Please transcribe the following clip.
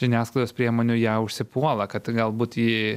žiniasklaidos priemonių ją užsipuola kad galbūt ji